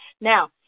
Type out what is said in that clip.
Now